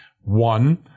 One